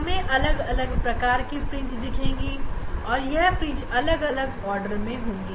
हमें अलग अलग प्रकार की फ्रिंज दिखेगी और यह फ्रिंज अलग अलग आर्डर में होंगी